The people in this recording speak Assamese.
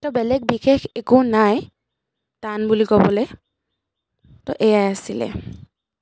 ত' বেলেগ বিশেষ একো নাই টান বুলি ক'বলৈ ত' এয়াই আছিলে